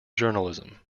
journalism